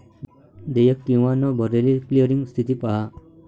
देयक किंवा न भरलेली क्लिअरिंग स्थिती पहा